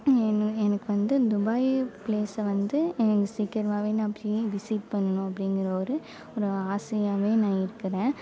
எனக்கு வந்து துபாய் பிளேஸை வந்து சீக்கிரமாகவே நான் வந்து ப்ரீ விசிட் பண்ணணும் அப்படிங்குற ஒரு ஒரு ஆசையாகவே நான் இருக்குறேன்